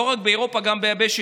לא רק באירופה, גם ביבשת